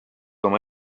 oma